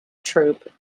troupe